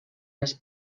les